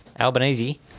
Albanese